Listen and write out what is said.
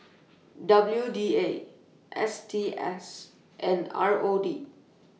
W D A S T S and R O D